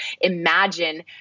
imagine